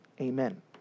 Amen